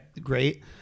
great